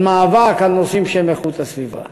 של מאבק על נושאים שהם איכות הסביבה.